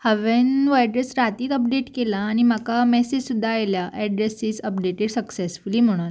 हांवें हो एड्रेस रातीच अपडेट केला आनी म्हाका मॅसेज सुद्दां आयल्या एड्रेसीस अपडेटेड सक्सेसफुली म्हणून